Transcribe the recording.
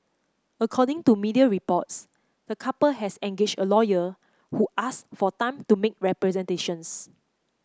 according to media reports the couple has engaged a lawyer who ask for time to make representations